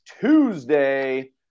Tuesday